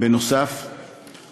נוסף על כך,